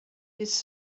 his